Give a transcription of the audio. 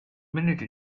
minute